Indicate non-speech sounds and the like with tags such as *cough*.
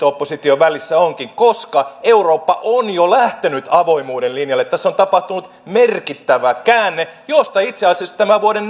*unintelligible* opposition välissä onkin koska eurooppa on jo lähtenyt avoimuuden linjalle tässä on tapahtunut merkittävä käänne josta itse asiassa vuoden *unintelligible*